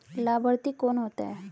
लाभार्थी कौन होता है?